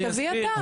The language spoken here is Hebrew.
תביא אתה.